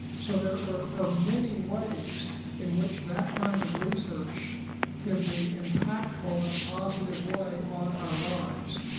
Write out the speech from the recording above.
so there are many ways in which that kind of research can be impactful in a positive way on our lives.